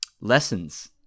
lessons